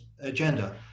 agenda